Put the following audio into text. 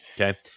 Okay